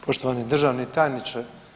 Poštovani državni tajniče.